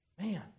man